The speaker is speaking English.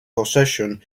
possession